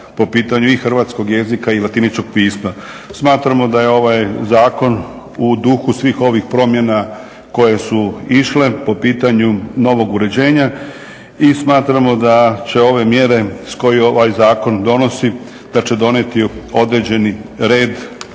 po pitanju i hrvatskog jezika i latiničnog pisma. Smatramo da je ovaj zakon u duhu svih ovih promjena koje su išle po pitanju novog uređenja. I smatramo da će ove mjere koje ovaj zakon donosi da će donijeti određeni red